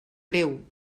greu